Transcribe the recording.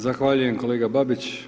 Zahvaljujem kolega Babić.